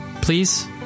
please